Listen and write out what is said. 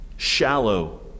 shallow